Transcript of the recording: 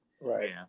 right